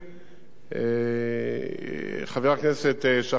חבר הכנסת שכיב שנאן,